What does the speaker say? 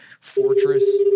fortress